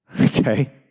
Okay